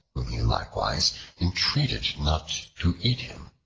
whom he likewise entreated not to eat him.